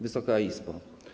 Wysoka Izbo!